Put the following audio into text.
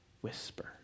whisper